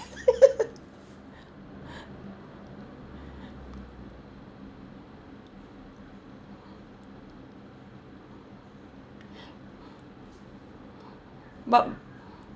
but